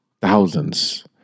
thousands